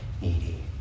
needy